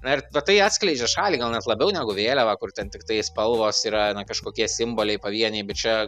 na ir va tai atskleidžia šalį gal net labiau negu vėliava kur ten tiktai spalvos yra na kažkokie simboliai pavieniai bet čia